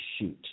shoot